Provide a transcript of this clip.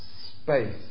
space